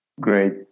Great